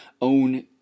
own